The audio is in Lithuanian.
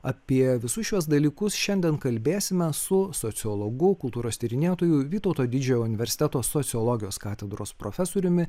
apie visus šiuos dalykus šiandien kalbėsime su sociologu kultūros tyrinėtoju vytauto didžiojo universiteto sociologijos katedros profesoriumi